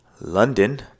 London